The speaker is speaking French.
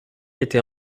était